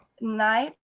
Night